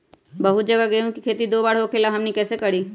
बहुत जगह गेंहू के खेती दो बार होखेला हमनी कैसे करी?